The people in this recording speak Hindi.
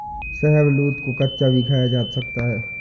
शाहबलूत को कच्चा भी खाया जा सकता है